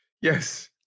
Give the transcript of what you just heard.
Yes